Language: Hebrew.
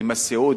עם הסיעוד,